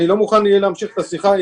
אני לא מוכן להמשיך את השיחה.